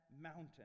mountain